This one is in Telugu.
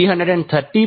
691330